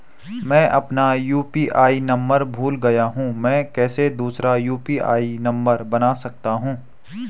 मैं अपना UPI number भूल गया हूँ मैं कैसे दूसरा यु.पी.आई नम्बर बना सकता हूँ?